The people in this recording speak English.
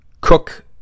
cook